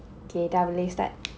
okay dah boleh start